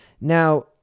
Now